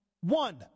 One